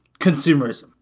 consumerism